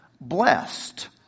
Blessed